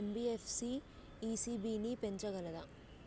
NBFC ECB ని పెంచగలదా?